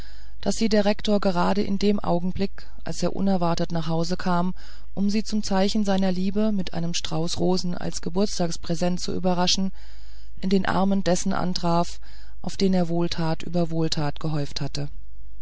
daß sie der rektor gerade in dem augenblicke als er unerwartet nach hause kam um sie zum zeichen seiner liebe mit einem strauß rosen als geburtstagspräsent zu überraschen in den armen dessen antraf auf den er wohltat über wohltat gehäuft hatte